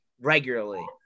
regularly